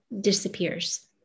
disappears